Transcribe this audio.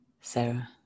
Sarah